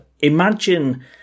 Imagine